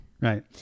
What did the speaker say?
Right